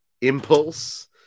impulse